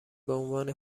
بعنوان